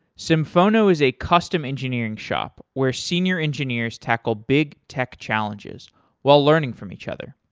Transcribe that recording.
symphono is a custom engineering shop where senior engineers tackle big tech challenges while learning from each other.